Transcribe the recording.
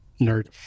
nerd